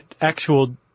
actual